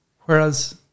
Whereas